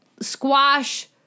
squash